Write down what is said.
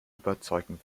überzeugen